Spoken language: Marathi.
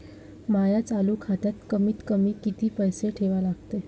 माया चालू खात्यात कमीत कमी किती पैसे ठेवा लागते?